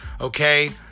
Okay